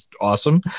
awesome